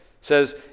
says